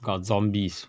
got zombies